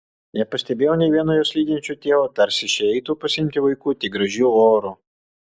nepastebėjau nė vieno juos lydinčio tėvo tarsi šie eitų pasiimti vaikų tik gražiu oru